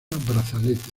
brazalete